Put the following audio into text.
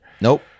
Nope